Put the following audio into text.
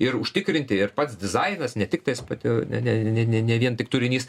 ir užtikrinti ir pats dizainas ne tik tais pati ne ne ne ne vien tik turinys